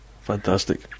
Fantastic